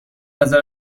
نظر